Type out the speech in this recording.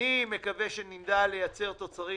אני מקווה שנדע לייצר תוצרים